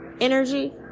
energy